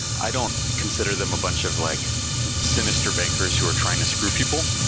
i don't consider them a bunch of like sinister bankers who are trying to screw people.